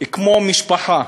כמו משפחה.